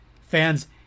Fans